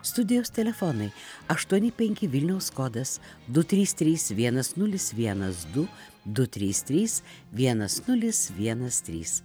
studijos telefonai aštuoni penki vilniaus kodas du trys trys vienas nulis vienas du du trys trys vienas nulis vienas trys